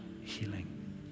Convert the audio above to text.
healing